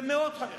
זה מאוד חשוב,